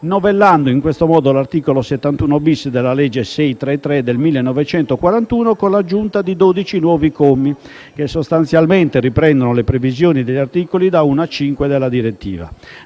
novellando in tal modo l'articolo 71-*bis* della legge n. 633 del 1941 con l'aggiunta di dodici nuovi commi che sostanzialmente riprendono le previsioni degli articoli da 1 a 5 della direttiva.